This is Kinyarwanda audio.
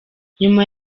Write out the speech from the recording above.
nyuma